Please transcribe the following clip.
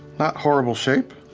not horrible shape.